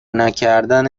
نکردن